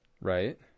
Right